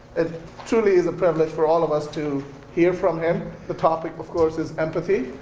it truly is a privilege for all of us to hear from him. the topic, of course, is empathy.